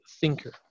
thinker